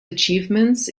achievements